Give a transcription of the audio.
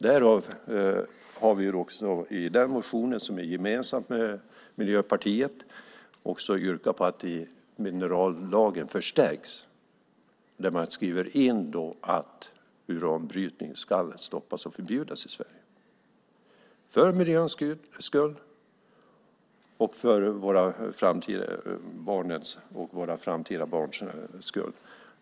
Därför har vi i den motion som vi har gemensamt med Miljöpartiet också yrkat på att minerallagen ska förstärkas. Man ska då skriva in att uranbrytning ska stoppas och förbjudas i Sverige, för miljöns skull, för våra barns skull och för våra framtida barns skull.